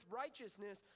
righteousness